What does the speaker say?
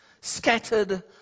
scattered